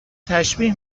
تشبیه